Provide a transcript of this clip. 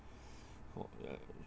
for